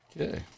Okay